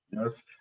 Yes